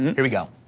here we go.